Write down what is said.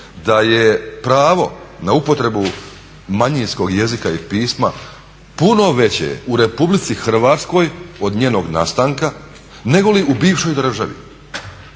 da je pravo na upotrebu manjinskog jezika i pisma puno veće u Republici Hrvatskoj od njenog nastanka negoli u bivšoj državi